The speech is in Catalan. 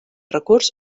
recurs